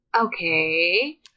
Okay